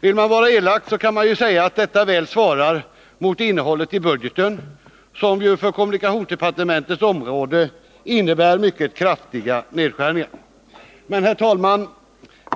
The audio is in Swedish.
Vill man vara elak kan man säga att detta väl svarar mot innehållet i budgeten, som ju på kommunikationsdepartementets område innebär mycket kraftiga nedskärningar. Men, herr talman,